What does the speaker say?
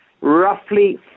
roughly